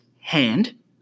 hand